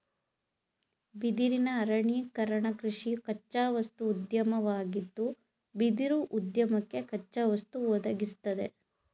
ಬಿದಿರಿನ ಅರಣ್ಯೀಕರಣಕೃಷಿ ಕಚ್ಚಾವಸ್ತು ಉದ್ಯಮವಾಗಿದ್ದು ಬಿದಿರುಉದ್ಯಮಕ್ಕೆ ಕಚ್ಚಾವಸ್ತು ಒದಗಿಸ್ತದೆ